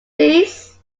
please